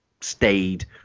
stayed